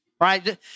right